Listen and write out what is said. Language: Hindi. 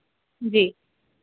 जी